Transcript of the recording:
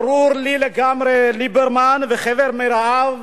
ברור לי לגמרי, ליברמן וחבר מרעיו,